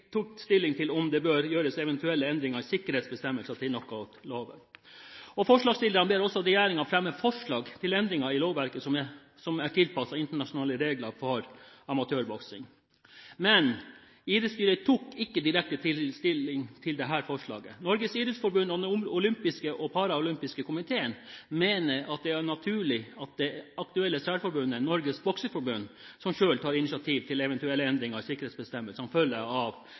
tok stilling til om det bør gjøres eventuelle endringer i sikkerhetsbestemmelsen til knockoutloven. Forslagsstillerne ber også regjeringen fremme forslag til endringer i lovverket som er tilpasset internasjonale regler for amatørboksing. Idrettsstyret tok ikke direkte stilling til dette forslaget. Norges idrettsforbund og Den olympiske og den paralympiske komiteen mener det er naturlig at det er det aktuelle særforbundet, Norges Bokseforbund, som selv tar initiativ til eventuelle endringer i sikkerhetsbestemmelsene som følge av